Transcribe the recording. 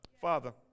Father